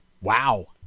wow